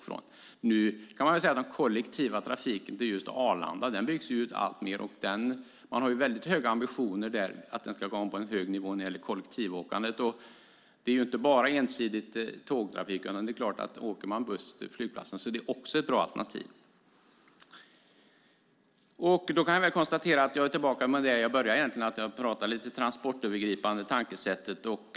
Den kollektiva trafiken till Arlanda byggs ut mer och mer. Man har höga ambitioner för kollektivåkandet. Det handlar inte bara om tåg; att åka buss till flygplatsen är också ett bra alternativ. Med det är jag tillbaka där jag började, nämligen vid det transportöverskridande tankesättet.